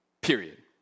period